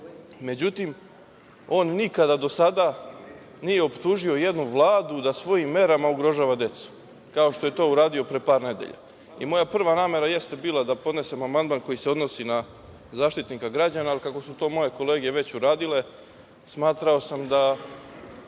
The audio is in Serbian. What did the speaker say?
Međutim, on nikada do sada, nije optužio ni jednu Vladu da svojim merama ugrožava decu, kao što je to uradio pre par nedelja. Moja prva namera jeste bila da podnesem amandman koji se odnosi na Zaštitnik građana, ali kako su to moje kolege već uradile, smatrao sam da